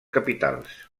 capitals